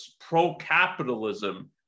pro-capitalism